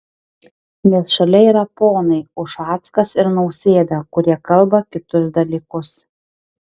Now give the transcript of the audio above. nes šalia yra ponai ušackas ir nausėda kurie kalba kitus dalykus